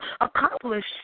accomplish